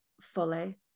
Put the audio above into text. fully